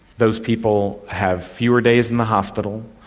those people have fewer days in the hospital,